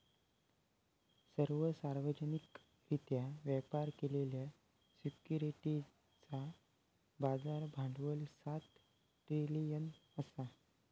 सर्व सार्वजनिकरित्या व्यापार केलेल्या सिक्युरिटीजचा बाजार भांडवल सात ट्रिलियन असा